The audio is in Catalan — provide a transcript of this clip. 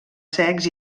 secs